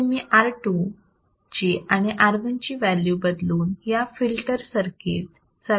इथे मी R2 ची आणि R1 ची व्हॅल्यू बदलून या फिल्टर सर्किट चा गेन ठरवू शकते